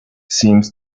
seems